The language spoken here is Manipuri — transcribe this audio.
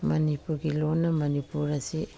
ꯃꯅꯤꯄꯨꯔꯒꯤ ꯂꯣꯟꯅ ꯃꯅꯤꯄꯨꯔ ꯑꯁꯤ